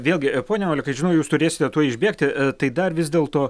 vėlgi pone olekai žinau jūs turėsite tuoj išbėgti tai dar vis dėlto